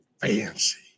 fancy